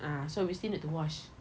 ah so we still need to wash